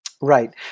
Right